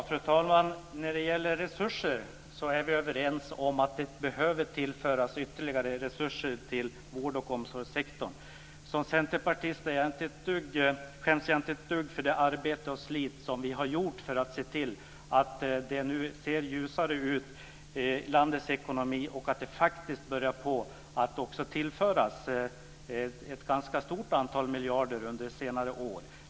Fru talman! Vi är överens om att det behöver tillföras ytterligare resurser till vård och omsorgssektorn. Som centerpartist skäms jag inte dugg över det arbete och slit som vi har lagt ned på att se till att det nu ser ljusare ut i landets ekonomi och att det faktiskt också har börjat tillföras ett ganska stort antal miljarder under senare år.